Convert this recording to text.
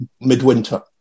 midwinter